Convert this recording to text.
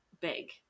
big